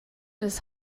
des